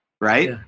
right